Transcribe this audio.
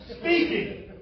speaking